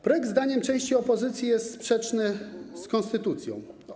Projekt zdaniem części opozycji jest sprzeczny z konstytucją.